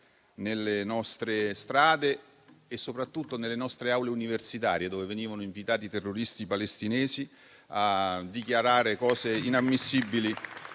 nelle nostre strade e soprattutto nelle nostre aule universitarie, dove venivano invitati i terroristi palestinesi a dichiarare cose inammissibili